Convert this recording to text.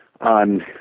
on